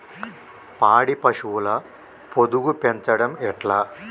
పాడి పశువుల పొదుగు పెంచడం ఎట్లా?